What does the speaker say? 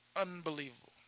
unbelievable